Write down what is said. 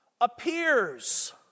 appears